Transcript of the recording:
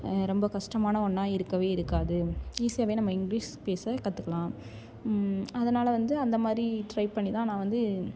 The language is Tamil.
ரொம்ப கஸ்டமான ஒன்றா இருக்கவே இருக்காது ஈஸியாவே நம்ம இங்கிலிஷ் பேச கற்றுக்கலாம் அதனால வந்து அந்த மாதிரி ட்ரை பண்ணி தான் நான் வந்து